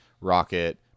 rocket